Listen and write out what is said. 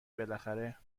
بالاخره